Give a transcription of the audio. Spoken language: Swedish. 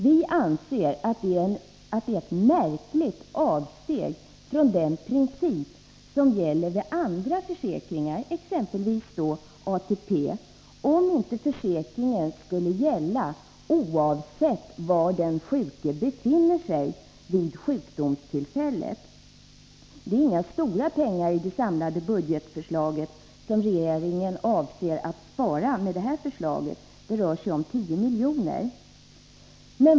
Vi anser att det är ett märkligt avsteg från den princip som gäller vid andra försäkringar, t.ex. ATP, om inte försäkringen skulle gälla oavsett var den försäkrade befinner sig vid sjukdomstillfället. Det är inga stora pengar i den samlade budgeten som regeringen avser att spara med det här förslaget — det rör sig om 10 miljoner.